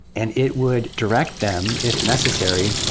and it would direct them, if necessary,